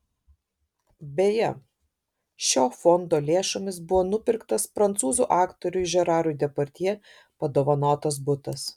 beje šio fondo lėšomis buvo nupirktas prancūzų aktoriui žerarui depardjė padovanotas butas